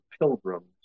pilgrims